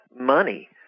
money